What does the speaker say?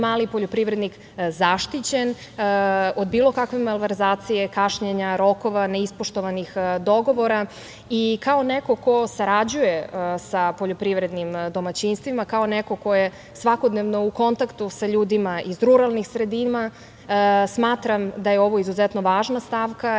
mali poljoprivrednik zaštićen od bilo kakve malverzacije, kašnjenja, rokova, ne ispoštovanih dogovora i kao neko ko sarađuje sa poljoprivrednim domaćinstvima. Kao neko ko je svakodnevno u kontaktu sa ljudima iz ruralnih sredina, smatram da je ovo izuzetno važna stavka